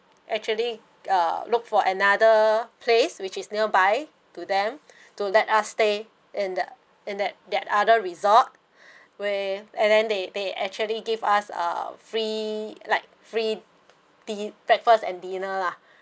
actually uh look for another place which is nearby to them to let us stay in that in that that other resort where and then they they actually give us a free like free the breakfast and dinner lah